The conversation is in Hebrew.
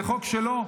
זה חוק שלו,